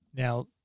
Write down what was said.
Now